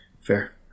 fair